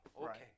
Okay